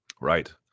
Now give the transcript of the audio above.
Right